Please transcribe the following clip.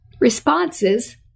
responses